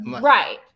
right